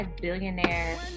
billionaire